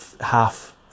half